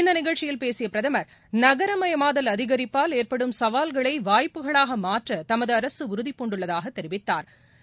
இந்த நிகழ்ச்சியில் பேசிய பிரதமா் நகரமயமாதல் அதிகரிப்பால் அஏற்படும் சவால்களை வாய்ப்புகளாக மாற்ற தமது அரசு உறுதி பூண்டுள்ளதாக தெரிவித்தாா்